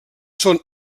són